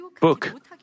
book